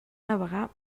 navegar